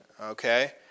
Okay